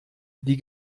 die